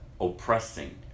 oppressing